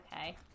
okay